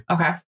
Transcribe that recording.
Okay